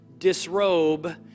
disrobe